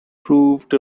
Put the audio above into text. proved